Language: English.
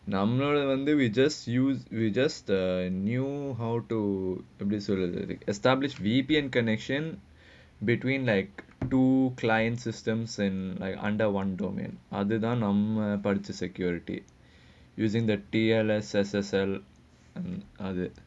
நம்மளோடே வந்து:nammaloda vanthu we just use we just uh knew how to this uh establish V_P_N connection between like do client systems and like under one domain other than a parted to security using the T_L_S S_S_L and other